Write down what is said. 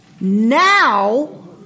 Now